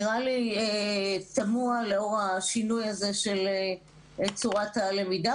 נראה לי תמוהה לאור השינוי הזה של צורת הלמידה,